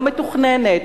לא מתוכננת,